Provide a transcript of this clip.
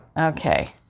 Okay